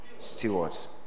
stewards